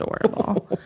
adorable